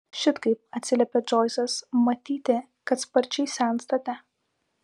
šit kaip atsiliepė džoisas matyti kad sparčiai senstate